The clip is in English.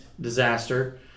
disaster